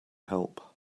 help